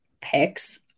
picks